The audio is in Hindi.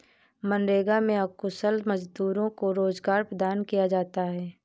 मनरेगा में अकुशल मजदूरों को रोजगार प्रदान किया जाता है